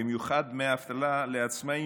במיוחד דמי אבטלה לעצמאים,